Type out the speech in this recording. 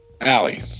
Allie